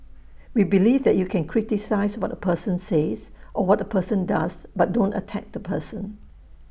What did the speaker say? we believe that you can criticise what A person says or what A person does but don't attack the person